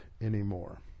anymore